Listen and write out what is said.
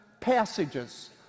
passages